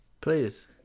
Please